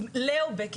ליאו בק,